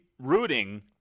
rooting